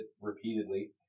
repeatedly